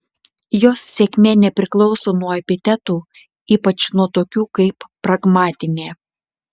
jos sėkmė nepriklauso nuo epitetų ypač nuo tokių kaip pragmatinė